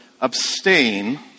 abstain